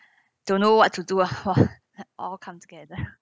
don't know what to do ah !wah! all come together